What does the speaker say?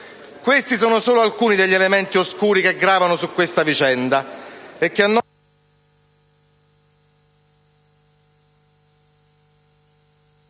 Questi sono solo alcuni degli elementi oscuri che gravano su questa vicenda